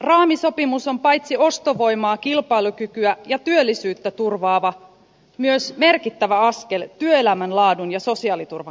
raamisopimus on paitsi ostovoimaa kilpailukykyä ja työllisyyttä turvaava myös merkittävä askel työelämän laadun ja sosiaaliturvan kehittämisessä